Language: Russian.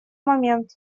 момент